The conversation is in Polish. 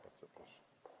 Bardzo proszę.